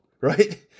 right